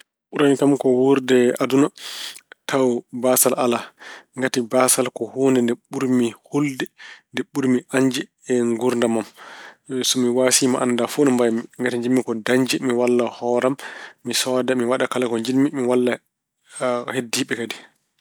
Ɓurani kam ko wuurde e aduna tawa baasal alaa. Ngati baasal ko huunde nde ɓurmi hullude, nde ɓurmi añde e nguurdam am. So mi waasi, ni annda fof no mbay-mi. Ngati njiɗmi ko dañde mi walla hoore am, sooda, mi waɗa kala ko njiɗmi. Mi walla heddiiɓe kadi.